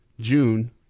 June